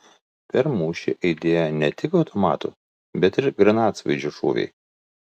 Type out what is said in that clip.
per mūšį aidėjo ne tik automatų bet ir granatsvaidžių šūviai